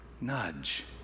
nudge